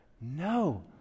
No